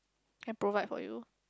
can provide for you